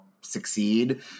succeed